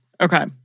Okay